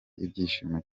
ibyishimo